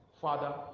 Father